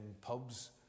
pubs